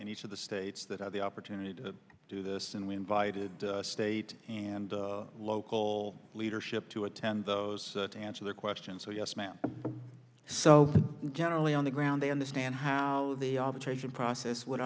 in each of the states that had the opportunity to do this and we invited state and local leadership to attend those to answer their questions so yes ma'am so generally on the ground they understand how the arbitration process would